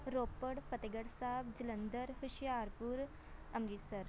Ropar Fatehgarh Sahib Jalandhar Hoshiarpur Amritsar